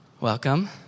Welcome